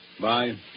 Bye